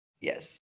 Yes